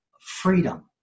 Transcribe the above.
freedom